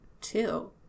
two